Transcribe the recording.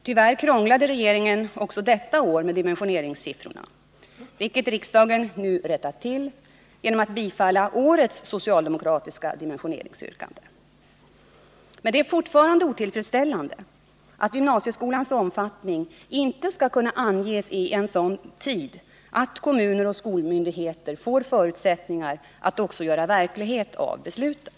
Tyvärr krånglade regeringen också detta år med dimensioneringssiffrorna, vilket utskottet föreslår att riksdagen nu rättar till genom att bifalla årets socialdemokratiska dimensioneringsyrkande. Men det är fortfarande otillfredsställande att gymnasieskolans omfattning inte skall kunna anges i så god tid att kommuner och skolmyndigheter får förutsättningar att också göra verklighet av besluten.